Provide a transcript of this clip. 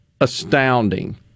astounding